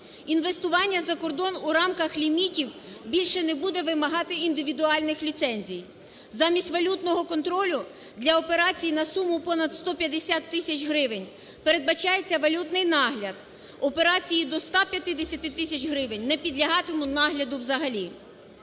інвестування за кордон у рамках лімітів більше не буде вимагати індивідуальних ліцензій. Замість валютного контролю для операцій на суму понад 150 тисяч гривень передбачається валютний нагляд, операції до 150 тисяч гривень не підлягатимуть нагляду взагалі.